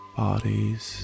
bodies